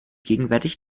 gegenwärtig